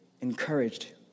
encouraged